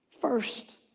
first